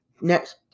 next